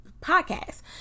Podcast